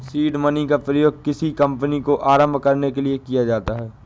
seed money का प्रयोग किसी कंपनी को आरंभ करने के लिए किया जाता है